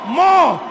more